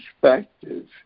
perspective